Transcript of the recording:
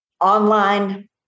Online